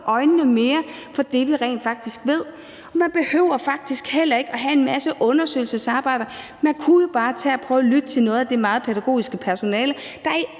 øjnene for det, vi rent faktisk ved, og man behøver faktisk heller ikke igangsætte en masse undersøgelsesarbejde. Man kunne jo bare prøve at tage og lytte til de mange blandt det pædagogiske personale, der i